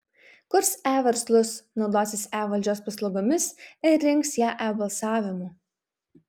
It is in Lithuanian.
kurs e verslus naudosis e valdžios paslaugomis ir rinks ją e balsavimu